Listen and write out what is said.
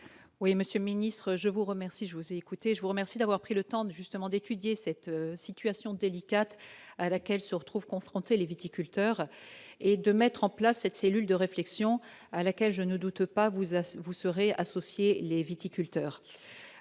Oui monsieur, ministre, je vous remercie, je vous écoutez je vous remercie d'avoir pris le temps de justement d'étudier cette situation délicate à laquelle se retrouvent confrontés les viticulteurs et de mettre en place cette cellule de réflexion à laquelle je ne doute pas, vous, ce vous serez associé les viticulteurs,